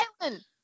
island